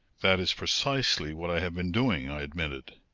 that is precisely what i have been doing, i admitted.